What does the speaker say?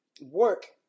work